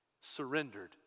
surrendered